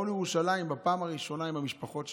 באו לירושלים בפעם הראשונה עם המשפחות שלהם.